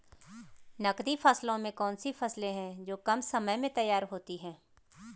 नकदी फसलों में कौन सी फसलें है जो कम समय में तैयार होती हैं?